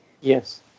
Yes